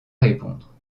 répondre